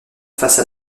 face